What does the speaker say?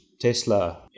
Tesla